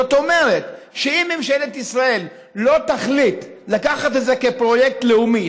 זאת אומרת שאם ממשלת ישראל לא תחליט לקחת את זה כפרויקט לאומי,